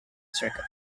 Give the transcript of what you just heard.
circuit